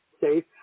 safe